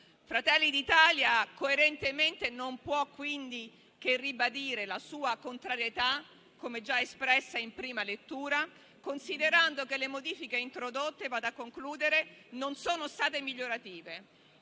Fratelli d'Italia, coerentemente, non può, quindi, che ribadire la sua contrarietà, come già espressa in prima lettura, considerando che le modifiche introdotte non sono state migliorative.